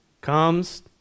Comes